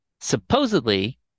supposedly